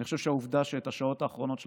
אני חושב שלעובדה שאת השעות האחרונות של